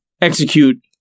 execute